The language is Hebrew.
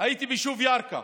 הייתי ביישוב ירכא.